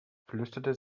flüsterte